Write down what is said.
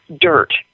dirt